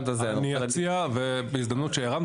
אדוני, נציע.